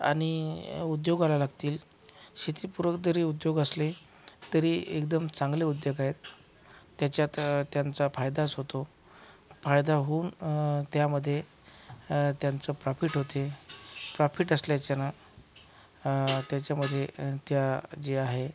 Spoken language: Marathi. आणि उद्योगाला लागतील शेतीपूरक जरी उद्योग असले तरी एकदम चांगले उद्योग आहेत त्याच्यात त्यांचा फायदाच होतो फायदा होऊन त्यामधे त्यांचं प्रॉफिट होते प्रॉफिट असल्याच्यानं त्याच्यामधे त्या जे आहे